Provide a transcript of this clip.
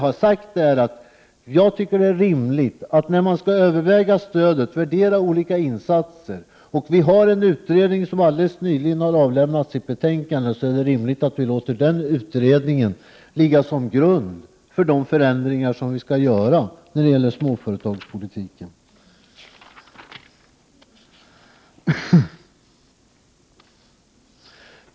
Däremot har jag sagt att när man skall överväga stödet och värdera olika insatser är det rimligt att man låter den utredning som nyligen har lagt fram sitt betänkande ligga som grund för de förändringar som vi skall genomföra när det gäller småföretagspolitiken.